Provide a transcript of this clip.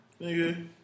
Nigga